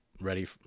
ready